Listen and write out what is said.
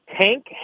Tank